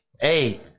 Hey